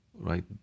right